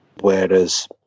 whereas